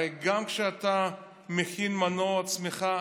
הרי גם כשאתה מכין מנוע צמיחה,